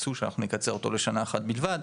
רצו שאנחנו נקצר אותו לשנה אחת בלבד,